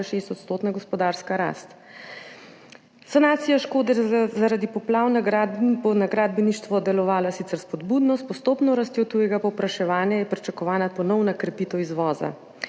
2,6-odstotna gospodarska rast. Sanacija škode zaradi poplav bo na gradbeništvo delovala sicer spodbudno. S postopno rastjo tujega povpraševanja je pričakovana ponovna krepitev izvoza.